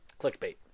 clickbait